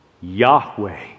Yahweh